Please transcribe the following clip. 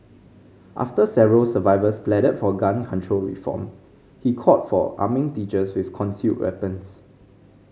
after several survivors pleaded for gun control reform he called for arming teachers with concealed weapons